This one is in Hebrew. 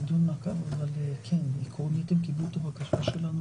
המשפטית אם היא קיבלה עותק של טופס.